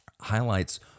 highlights